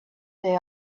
they